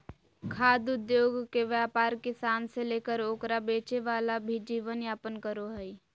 खाद्य उद्योगके व्यापार किसान से लेकर ओकरा बेचे वाला भी जीवन यापन करो हइ